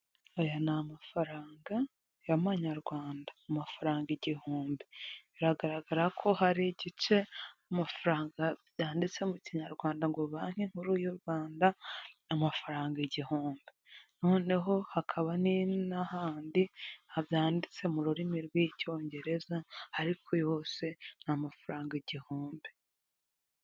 Aya ni amafaranga y'amanyarwanda, amafaranga igihumbi. Biragaragara ko hari igice amafaranga yanditse mu kinyarwanda ngo banki nkuru y'u Rwanda, amafaranga igihumbi. Noneho hakaba n'ahandi byanditse mu rurimi rw'icyongereza, ariko yose ni amafaranga igihumbi.